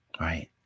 right